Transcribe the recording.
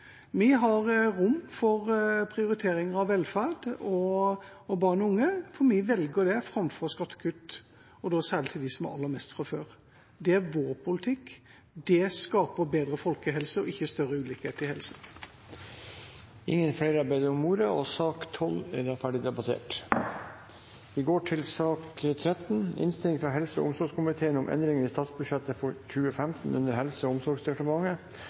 Vi har rom for prioriteringer av velferd og barn og unge. Vi velger det framfor skattekutt, og da særlig til dem som har aller mest fra før. Det er vår politikk. Det skaper bedre folkehelse og ikke større ulikhet i helse. Flere har ikke bedt om ordet til sak nr. 12. Ingen har bedt om ordet. Da er Stortinget klar til å gå til votering. Under debatten er det satt fram i alt 14 forslag. Det er forslagene nr. 1–6, fra